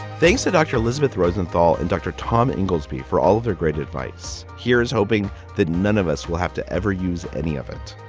thanks to dr. elizabeth rosenthal and dr. tom inglesby for all of their great advice. here's hoping that none of us will have to ever use any of it.